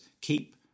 Keep